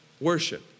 Worship